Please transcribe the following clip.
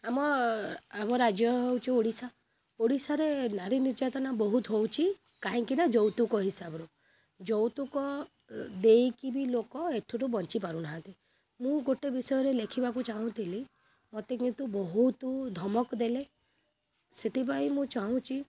ଆମ ଆମ ରାଜ୍ୟ ହେଉଛି ଓଡ଼ିଶା ଓଡ଼ିଶାରେ ନାରୀ ନିର୍ଯାତନା ବହୁତ ହେଉଛି କାହିଁକି ନା ଯୌତୁକ ହିସାବରୁ ଯୌତୁକ ଦେଇକି ବି ଲୋକ ଏଥିରୁ ବଞ୍ଚିପାରୁନାହାଁନ୍ତି ମୁଁ ଗୋଟିଏ ବିଷୟରେ ଲେଖିବାକୁ ଚାହୁଁଥିଲି ମୋତେ କିନ୍ତୁ ବହୁତ ଧମକ ଦେଲେ ସେଥିପାଇଁ ମୁଁ ଚାହୁଁଛି